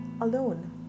alone